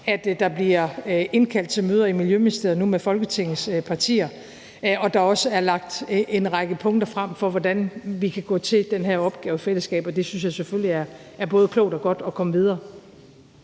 at der bliver indkaldt til møder i Miljøministeriet nu med Folketingets partier, og at der også er lagt en række punkter frem om, hvordan vi kan gå til den her opgave i fællesskab, og jeg synes selvfølgelig, det er både klogt og godt at komme videre.